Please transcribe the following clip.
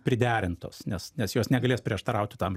priderintos nes nes jos negalės prieštarauti tam